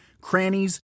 crannies